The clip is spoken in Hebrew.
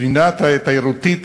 כפנינה תיירותית,